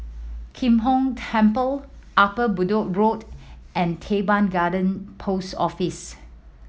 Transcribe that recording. Kim Hong Temple Upper Bedok Road and Teban Garden Post Office